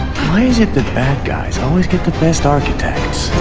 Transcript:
why is it that bad guys always get the best architects?